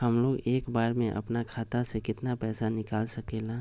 हमलोग एक बार में अपना खाता से केतना पैसा निकाल सकेला?